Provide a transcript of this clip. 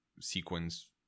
sequence